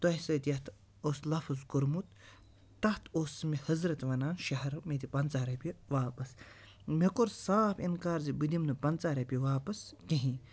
تۄہہِ سۭتۍ یَتھ اوس لفظ کوٚرمُت تَتھ اوس مےٚ حضرت وَنان شہرٕ مےٚ دِ پنٛژاہ رۄپیہِ واپَس مےٚ کوٚر صاف اِنکار زِ بہٕ دِمہٕ نہٕ پنٛژاہ رۄپیہِ واپَس کِہیٖنۍ